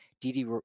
Didi